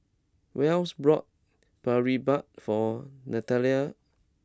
Wells brought Boribap for Nathalie